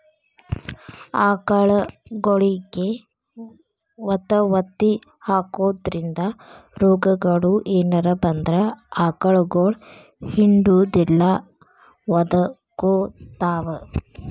ಆಕಳಗೊಳಿಗೆ ವತವತಿ ಹಾಕೋದ್ರಿಂದ ರೋಗಗಳು ಏನರ ಬಂದ್ರ ಆಕಳಗೊಳ ಹಿಂಡುದಿಲ್ಲ ಒದಕೊತಾವ